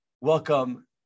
welcome